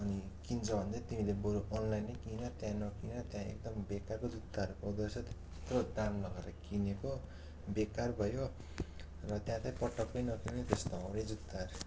अनि किन्छौ भने चाहिँ तिमीले बरु अनलाइनै किन त्यहाँ नकिन त्यहाँ एकदम बेकारको जुत्ताहरू पाउँदो रहेछ त्यत्रो दाम लगाएर किनेको बेकार भयो र त्यहाँ त पटक्कै नकिन्नु त्यस्तो हाउडे जुत्ताहरू